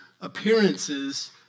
appearances